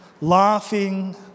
Laughing